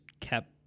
kept